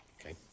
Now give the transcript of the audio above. Okay